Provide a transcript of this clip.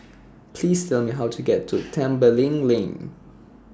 Please Tell Me How to get to Tembeling Lane